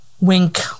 wink